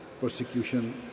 persecution